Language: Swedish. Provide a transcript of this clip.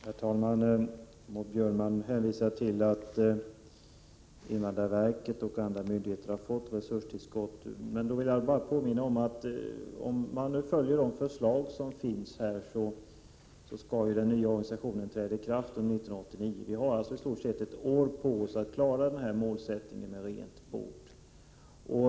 Herr talman! Maud Björnemalm hänvisar till att invandrarverket och andra myndigheter har fått resurstillskott. Jag vill bara påminna om att om man nu följer de förslag som finns skall den nya organisationen börja tillämpas under 1989. Vi har i stort sett ett år på oss att klara målsättningen rent bord.